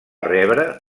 rebre